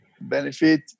benefit